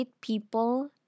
people